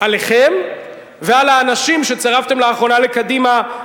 עליכם ועל האנשים שצירפתם לאחרונה לקדימה,